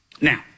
Now